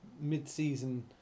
mid-season